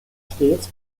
stets